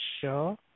Sure